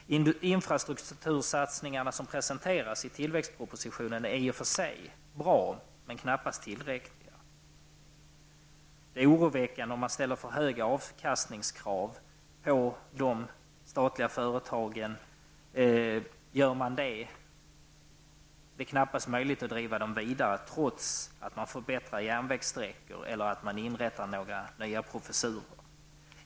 De infrastruktursatsningar som presenteras i tilläggspropositionen är i och för sig bra, men de är knappast tillräckliga. Det är oroväckande om man ställer för höga krav på avkastning på de statliga företagen. Om man gör det är det knappast möjligt att driva dem vidare, trots att man förbättrar järnvägssträckor eller inrättar några nya professurer.